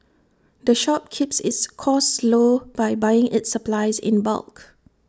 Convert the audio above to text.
the shop keeps its costs low by buying its supplies in bulk